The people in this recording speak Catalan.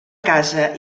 casa